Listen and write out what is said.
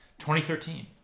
2013